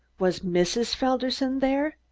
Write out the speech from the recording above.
was mrs. felderson there?